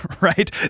right